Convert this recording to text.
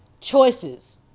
choices